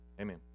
Amen